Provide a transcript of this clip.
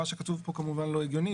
מה שכתוב כאן כמובן לא הגיוני.